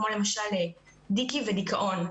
כמו למשל דיכי ודיכאון.